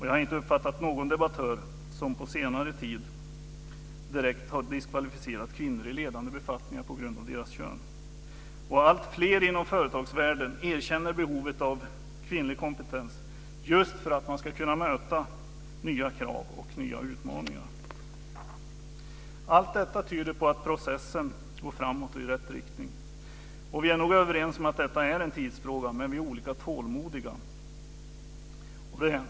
Jag har inte uppfattat någon debattör på senare tid som direkt har diskvalificerat kvinnor i ledande befattningar på grund av deras kön. Och alltfler inom företagsvärlden erkänner behovet av kvinnlig kompetens just för att man ska kunna möta nya krav och nya utmaningar. Allt detta tyder på att processen går framåt och i rätt riktning. Vi är nog överens om att detta är en tidsfråga, men vi är olika tålmodiga.